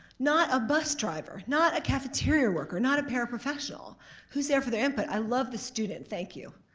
not a bus driver, not a cafeteria worker, not a paraprofessional who's there for the input. i love the student, thank you,